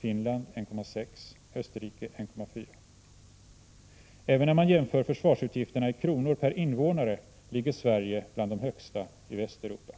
Finland och Österrike . Även när man jämför försvarsutgifterna i kronor per invånare ligger Sveriges utgifter bland de högsta i Västeuropa.